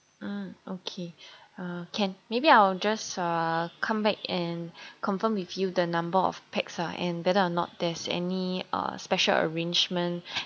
ah okay uh can maybe I'll just uh comeback and confirm with you the number of pax ah and whether or not there's any uh special arrangement